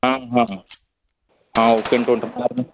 हाँ हाँ हाँ वह पैंट उंट हम करा दें